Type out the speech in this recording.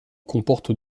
comporte